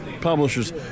publishers